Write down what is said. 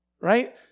right